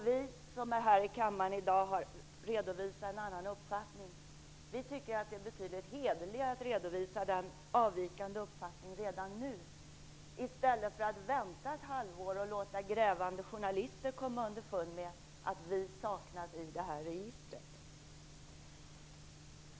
Vi som är här i kammaren i dag och redovisar en annan uppfattning tycker att det är betydligt hederligare att göra det redan nu i stället för att vänta ett halvår och låta grävande journalister komma underfund med att vi saknas i registret.